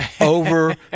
over